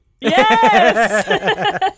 Yes